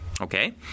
Okay